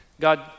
God